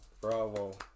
bravo